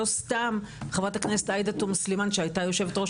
לא סתם חברת הכנסת עאידה תומא סלימאן שהייתה יושבת ראש